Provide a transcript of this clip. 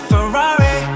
Ferrari